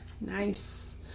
Nice